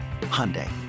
Hyundai